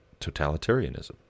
totalitarianism